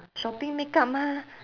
shopping makeup mah